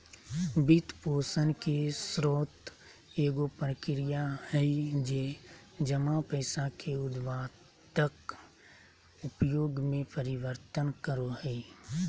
वित्तपोषण के स्रोत एगो प्रक्रिया हइ जे जमा पैसा के उत्पादक उपयोग में परिवर्तन करो हइ